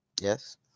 Yes